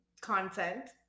content